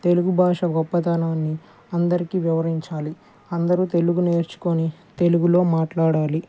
తెలుగు భాష గొప్పతనాన్ని అందరికీ వివరించాలి అందరు తెలుగు నేర్చుకోని తెలుగులో మాట్లాడాలి